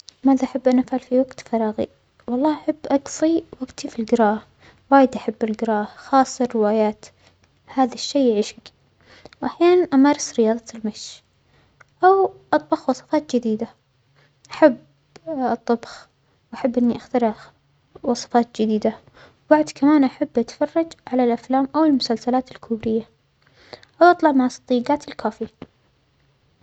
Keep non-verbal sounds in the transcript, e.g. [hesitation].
ماذا أحب أن أفعل في وقت فراغى؟ والله أحب أقظى وجتى في الجراءة، وايد أحب الجراءة خاصة الروايات هذا الشيء عشج، وأحيانا أمارس رياضة المشى، أو أطبخ وصفات جديدة، أحب [hesitation] الطبخ وأحب إنى أخترع وصفات جديدة، وبعد كمان أحب أتفرج على الأفلام أو المسلسلات الكورية، أو أطلع مع صديجاتى الكوفي.